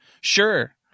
Sure